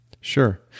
Sure